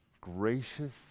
Gracious